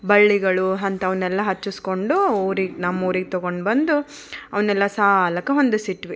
ಬಳ್ಳಿಗಳು ಅಂಥವ್ನೆಲ್ಲ ಹಚ್ಚಿಸ್ಕೊಂಡು ಊರಿಗೆ ನಮ್ಮ ಊರಿಗೆ ತೊಗೊಂಡ್ಬಂದು ಅವನ್ನೆಲ್ಲ ಸಾಲಾಕ ಹೊಂದಿಸಿಟ್ವಿ